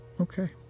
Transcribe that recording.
Okay